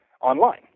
online